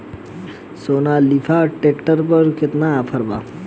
Sonalika tractor पर केतना offer बा?